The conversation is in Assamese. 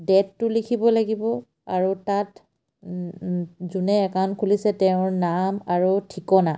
ডেটটো লিখিব লাগিব আৰু তাত যোনে একাউণ্ট খুলিছে তেওঁৰ নাম আৰু ঠিকনা